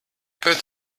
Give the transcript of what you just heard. put